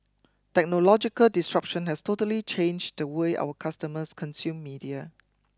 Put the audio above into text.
technological disruption has totally changed the way our customers consume media